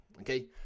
Okay